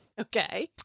Okay